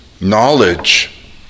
knowledge